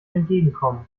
entgegenkommen